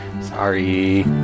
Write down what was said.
Sorry